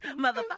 Motherfucker